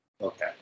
Okay